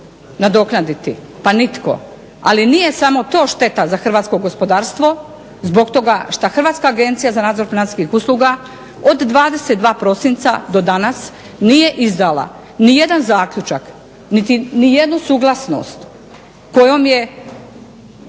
pa nitko, ali nije samo to šteta za hrvatsko gospodarstvo zbog toga što Hrvatska agencija za nadzor financijskih usluga od 22. prosinca do danas nije izdala nijedan zaključak niti nijednu suglasnost kojom je